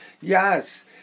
Yes